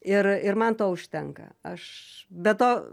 ir ir man to užtenka aš be to